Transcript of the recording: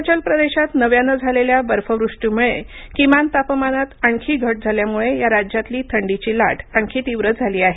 हिमाचल हिमाचल प्रदेशात नव्यानं झालेल्या बर्फवृष्टीमुळे किमान तापमानात आणखी घट झाल्यामुळे या राज्यातली थंडीची लाट आणखी तीव्र झाली आहे